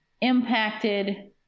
impacted